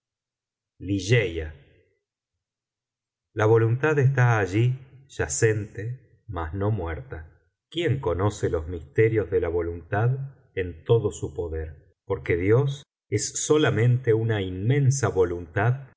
mismo sentimiento la voluntad está allí yacente mas no muerta quién conoce los misterios de la voluntad en todo su poder porque dios es solamente una inmensa voluntad